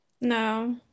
No